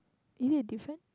is it different